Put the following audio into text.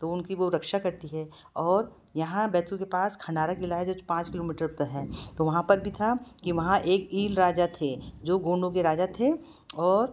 तो उनकी वो रक्षा करती हैं और यहाँ बैतूल के पास खान्डारा क़िला है जो पाँच किलोमीटर पर है तो वहाँ पर भी था कि वहाँ एक ईल राजा थे जो गोंडों के राजा थे और